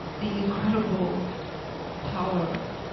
the incredible power